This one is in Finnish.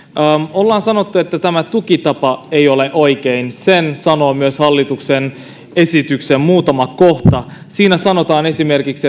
ollaan sanottu että tämä tukitapa ei ole oikein sen sanoo myös hallituksen esityksen muutama kohta siinä sanotaan esimerkiksi